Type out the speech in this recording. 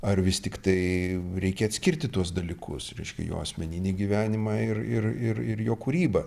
ar vis tiktai reikia atskirti tuos dalykus reiškia jo asmeninį gyvenimą ir ir ir ir jo kūrybą